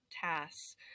tasks